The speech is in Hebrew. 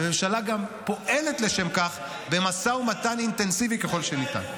הממשלה גם פועלת לשם כך במשא ומתן אינטנסיבי כמה שניתן.